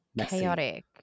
Chaotic